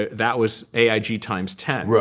that was aig times ten.